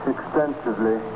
extensively